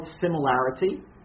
similarity